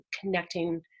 connecting